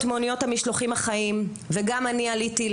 דיון מהיר בנושא העליה החדה במספר המשלוחים החיים והצורך הדחוף להפסיקם,